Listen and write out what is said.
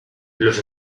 los